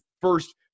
first